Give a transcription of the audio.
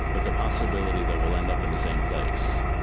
but the possibility that we'll end up in the same place.